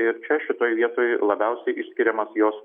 ir čia šitoj vietoj labiausiai išskiriamas jos